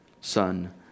son